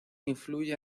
influye